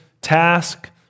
task